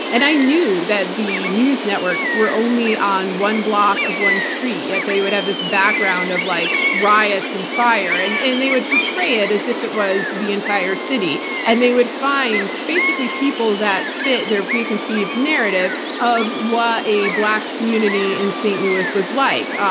and i knew that the news networks were only on one block of one street, yet they would have this background of like riots and fire. and and they would portray it as if it was the entire city. and they would find basically people that fit their preconceived narrative of what a black community in st. louis was like.